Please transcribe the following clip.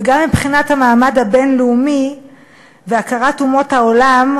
וגם מבחינת המעמד הבין-לאומי והכרת אומות העולם,